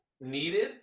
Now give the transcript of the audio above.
needed